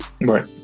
right